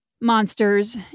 Monsters